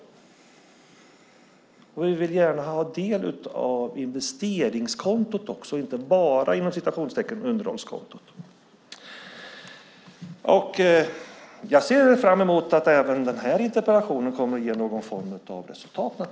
Vi vill gärna ha del av investeringskontot också, och inte så att säga bara underhållskontot. Jag ser fram emot att även den här interpellationen kommer att ge någon form av resultat.